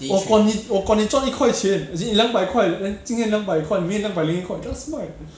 我管你我管你赚一块钱 as in 两百块 then 今天两百块明天两百零一块 just 卖